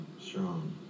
Strong